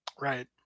Right